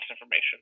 information